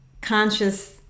conscious